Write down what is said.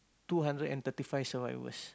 two hundred and thirty five survivors